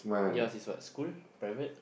yours is what school private